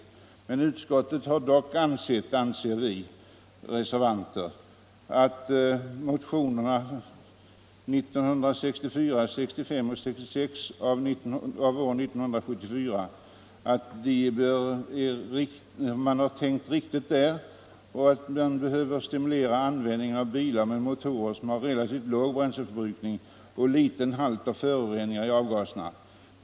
Sedan har vi ansett att utskottets yttrande i fortsättningen bort ha följande lydelse: ”Utskottet har dock förståelse för vad som anförts i motionerna 1974:1964, 1974:1965 samt 1974:1966 om behovet av att stimulera användningen av bilar med motorer som har relativt sett låg bränsleförbrukning och liten halt av föroreningar i avgaserna.